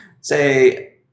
say